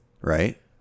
Right